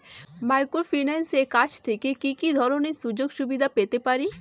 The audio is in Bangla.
মাইক্রোফিন্যান্সের কাছ থেকে কি কি ধরনের সুযোগসুবিধা পেতে পারি?